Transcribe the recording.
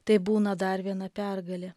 tai būna dar viena pergalė